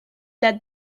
date